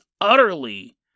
utterly